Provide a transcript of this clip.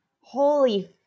holy